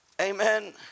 amen